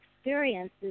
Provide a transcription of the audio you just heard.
experiences